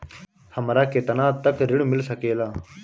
हमरा केतना तक ऋण मिल सके ला?